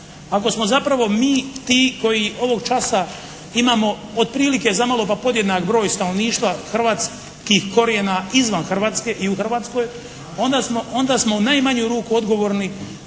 Ako smo zapravo mi ti koji ovog časa imamo otprilike zamalo pa podjednak broj stanovništva hrvatskih korijena izvan Hrvatske i u Hrvatskoj, onda smo u najmanju ruku odgovorni